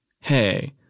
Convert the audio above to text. hey